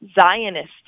Zionist